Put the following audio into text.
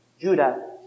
Judah